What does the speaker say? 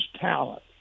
talent